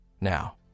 Now